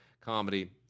comedy